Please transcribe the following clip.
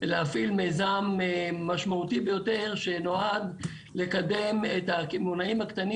להפעיל מיזם משמעותי ביותר שנועד לקדם את הקמעונאים הקטנים